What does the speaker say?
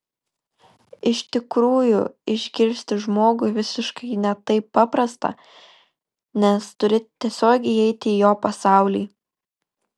iš tikrųjų išgirsti žmogų visiškai ne taip paprasta nes turi tiesiog įeiti į jo pasaulį